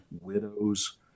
widows